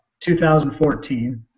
2014